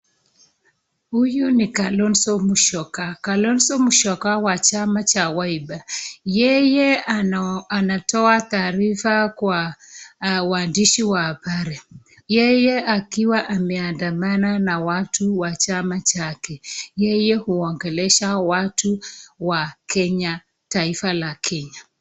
Huyu ni Kalonzo Musioka, Kalonzo Musioka wa chama cha Wiper , yeye anatoa taarifa kwa waandishi wa habari , yeye akiwa ameandamana na watu wa chama chake, yeye huongelesha watu wa Kenya, taifa la Kenya.